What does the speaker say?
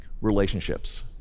relationships